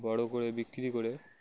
বড়ো করে বিক্রি করে